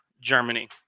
Germany